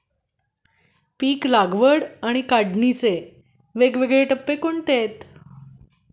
पीक लागवड आणि काढणीचे वेगवेगळे टप्पे कोणते आहेत?